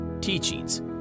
teachings